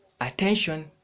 attention